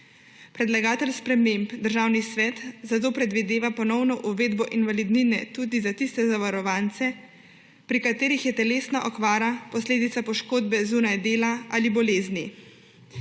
Predlagatelj sprememb Državni svet zato predvideva ponovno uvedbo invalidnine tudi za tiste zavarovance, pri katerih je telesna okvara posledica poškodbe zunaj dela ali bolezni.